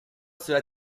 cela